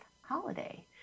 holiday